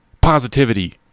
positivity